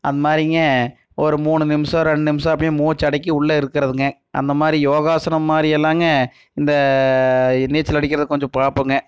அந்தமாதிரிங்க ஒரு மூணு நிம்ஷம் ரெண்டு நிம்ஷம் அப்படியே மூச்சை அடக்கி உள்ள இருக்கிறதுங்க அந்தமாதிரி யோகாசனம் மாதிரியெல்லாங்க இந்த நீச்சல் அடிக்கிறத் கொஞ்சம் பார்ப்போங்க